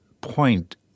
point